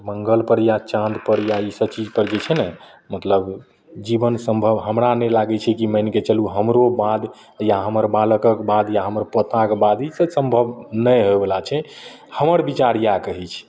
तऽ मङ्गलपर या चाँदपर या ई सब चीजपर जे छै ने मतलब जीवन सम्भव हमरा नहि लागय छै कि मानिके चलू हमरो बाद या हमर बालक बाद या हमर पोताके बाद ई सब सम्भव नहि होइवला छै हमर विचार इएह कहय छै